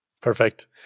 perfect